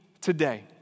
today